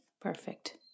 perfect